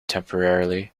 temporarily